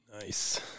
Nice